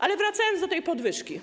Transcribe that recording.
Ale wracając do tej podwyżki.